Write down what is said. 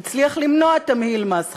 והצליח למנוע תמהיל מס חדש.